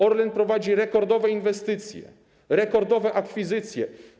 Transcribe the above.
Orlen prowadzi rekordowe inwestycje, rekordowe akwizycje.